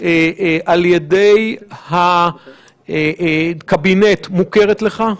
על ידי הקבינט מוכרת לך?